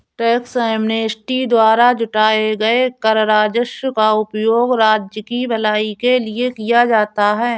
tax amnesty द्वारा जुटाए गए कर राजस्व का उपयोग राज्य की भलाई के लिए किया जाता है